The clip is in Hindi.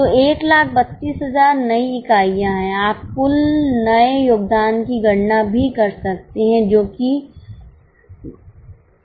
तो 132000 नई इकाइयाँ हैं आप कुल नए योगदान की गणना भी कर सकते हैं जो 9556 है